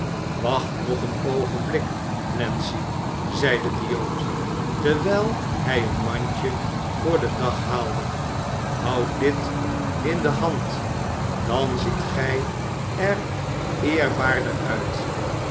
wacht nog een oogenblik nancy zeide de jood terwijl hij een mandje voor den dag haalde houd dit in de hand dan ziet gij er eerbaarder uit